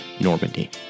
Normandy